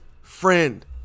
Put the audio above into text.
friend